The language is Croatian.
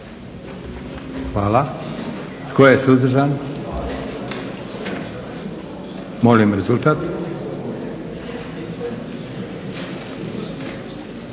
Ima li netko suzdržan? Molim rezultat.